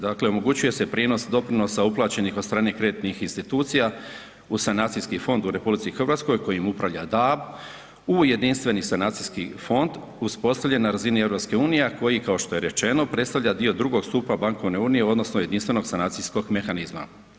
Dakle, omogućuje se prijenos doprinosa uplaćenih od strane kreditnih institucija u sanacijski fond u RH kojim upravlja DAB u Jedinstveni sanacijski fond uspostavljen na razini EU, a koji kao što je rečeno, predstavlja dio drugog stupa Bankovne unije u odnosu Jedinstvenog sanacijskog mehanizma.